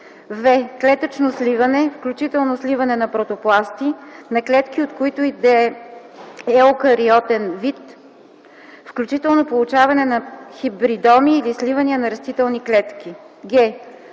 в) клетъчно сливане (включително сливане на протопласти) на клетки от който и да е еукариотен вид, включително получаване на хибридоми или сливания на растителни клетки; г)